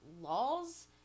Laws